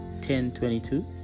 1022